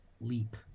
leap